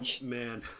man